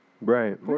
Right